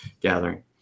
gathering